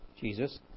Jesus